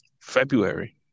February